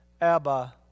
Abba